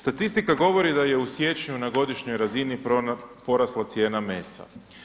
Statistika govori da je u siječnju na godišnjoj razini porasla cijena mesa.